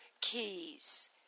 keys